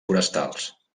forestals